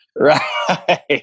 right